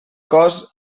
cos